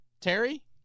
Terry